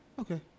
okay